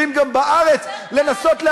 השגרירויות במדינת ישראל, ואת יודעת שכל הצהרה